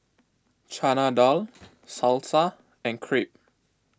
Chana Dal Salsa and Crepe